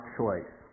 choice